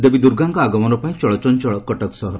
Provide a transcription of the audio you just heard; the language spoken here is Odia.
ଦେବୀ ଦୁର୍ଗାଙ୍କ ଆଗମନ ପାଇଁ ଚଳଚଞ୍ଚଳ କଟକ ସହର